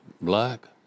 black